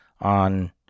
on